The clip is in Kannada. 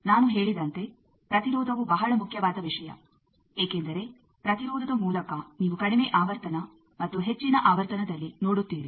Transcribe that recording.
ನಾನು ಹೇಳಿದಂತೆ ಪ್ರತಿರೋಧವು ಬಹಳ ಮುಖ್ಯವಾದ ವಿಷಯ ಏಕೆಂದರೆ ಪ್ರತಿರೋಧದ ಮೂಲಕ ನೀವು ಕಡಿಮೆ ಆವರ್ತನ ಮತ್ತು ಹೆಚ್ಚಿನ ಆವರ್ತನದಲ್ಲಿ ನೋಡುತ್ತೀರಿ